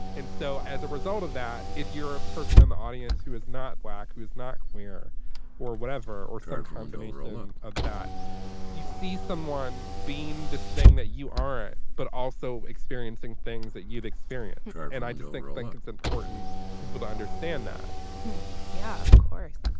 and so as a result of that if you're a person in the audience who is not black who is not where or whatever or some combination of that you see someone being this thing that you are but also experiencing things that you've experience and i just think i think it's important for people to understand that yeah of course.